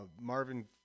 Marvin